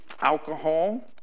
alcohol